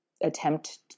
attempt